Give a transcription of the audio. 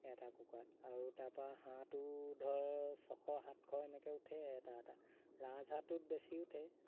এটা কুকুৰাত আৰু তাৰপৰা হাঁহটো ধৰ ছশ সাতশ এনেকৈ উঠে এটা এটা ৰাজহাঁহটোত বেছি উঠে